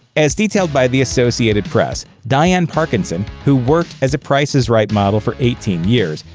as detailed by the associated press, dian parkinson, who worked as a price is right model for eighteen years,